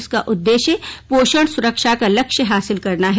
इसका उद्देश्य पोषण सुरक्षा का लक्ष्य हासिल करना है